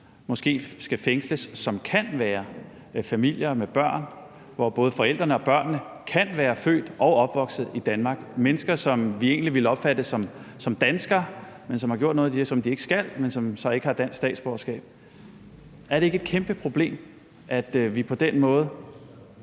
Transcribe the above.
måske skal fængsles, og som kan være en del af en familie med børn, hvor både forældrene og børnene kan være født og opvokset i Danmark – mennesker, som vi egentlig ville opfatte som danskere, men som har gjort noget, som de ikke skal, og som så ikke har dansk statsborgerskab. Er det ikke et kæmpe problem, at vi på den måde